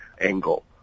angle